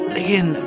again